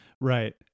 Right